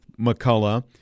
McCullough